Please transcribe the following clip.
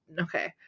Okay